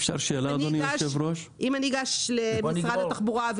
אם אני אגש למשרד התחבורה ואבקש רישיון -- אפשר שאלה,